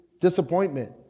disappointment